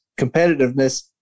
competitiveness